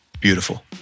beautiful